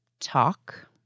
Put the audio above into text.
talk